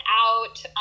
out